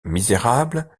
misérable